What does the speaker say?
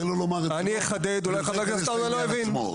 תן לו לומר את דברו ואחר כך ניכנס לעניין עצמו.